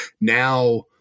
now